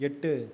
எட்டு